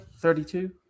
32